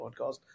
podcast